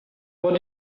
what